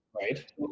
Right